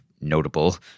notable